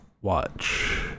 watch